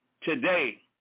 Today